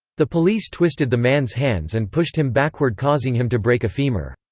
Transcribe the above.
the police twisted the man's hands and pushed him backward causing him to break a femur.